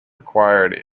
acquired